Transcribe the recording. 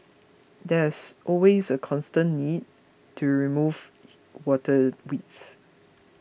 there's always a constant need to remove water weeds